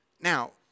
Now